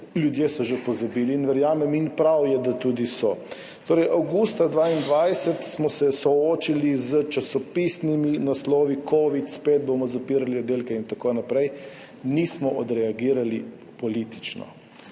Ljudje so že pozabili in verjamem in prav je, da tudi so. Torej, avgusta 2022 smo se soočili s časopisnimi naslovi: covid, spet bomo zapirali oddelke in tako naprej. Nismo odreagirali politično,